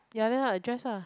ya then how address ah